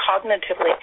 cognitively